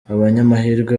abanyamahirwe